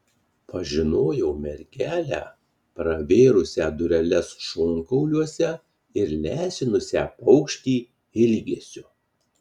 pažinojau mergelę pravėrusią dureles šonkauliuose ir lesinusią paukštį ilgesiu